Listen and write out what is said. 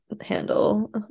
handle